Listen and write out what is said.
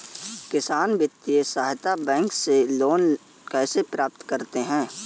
किसान वित्तीय सहायता बैंक से लोंन कैसे प्राप्त करते हैं?